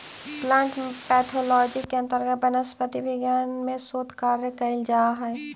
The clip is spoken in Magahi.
प्लांट पैथोलॉजी के अंतर्गत वनस्पति विज्ञान में शोध कार्य कैल जा हइ